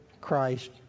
Christ